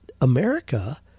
America